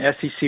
SEC